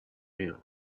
meal